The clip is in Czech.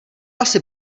asi